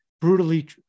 brutally